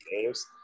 games